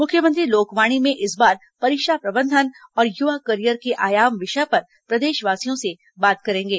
मुख्यमंत्री लोकवाणी में इस बार परीक्षा प्रबंधन और युवा कॅरिअर के आयाम विषय पर प्रदेशवासियों से बात करेंगे